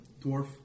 Dwarf